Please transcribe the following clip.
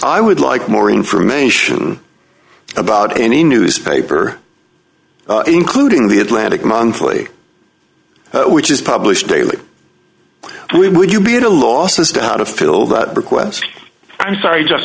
i would like more information about any newspaper including the atlantic monthly which is published daily we would you be at a loss as to how to fill that request i'm sorry just